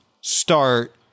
start